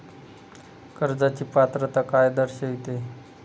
कर्जाची पात्रता काय दर्शविते?